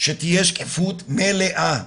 שתהיה שקיפות מלאה.